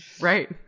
right